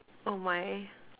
oh my